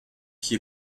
qui